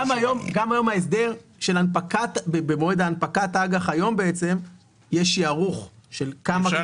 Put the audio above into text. גם היום במועד הנפקת האג"ח יש שערוך של כמה --- אפשר